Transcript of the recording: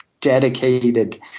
dedicated